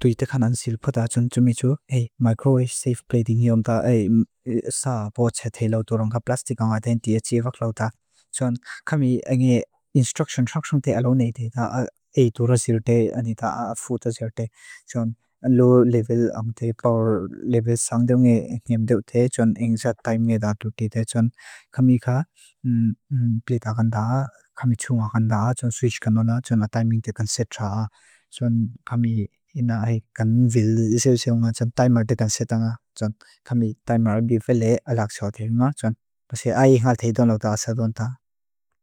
Tui texan ánsiripat á txun txum i txu.